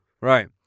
Right